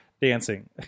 dancing